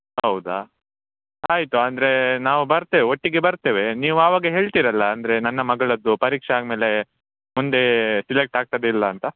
ಹೌದಾ ಆಯಿತು ಅಂದರೆ ನಾವು ಬರ್ತೇವೆ ಒಟ್ಟಿಗೆ ಬರ್ತೇವೆ ನೀವು ಆವಾಗ ಹೇಳ್ತಿರಲ್ಲ ಅಂದರೆ ನನ್ನ ಮಗಳದ್ದು ಪರೀಕ್ಷೆ ಆದ ಮೇಲೆ ಮುಂದೆ ಸಿಲೆಕ್ಟ್ ಆಗ್ತದಾ ಇಲ್ಲ ಅಂತ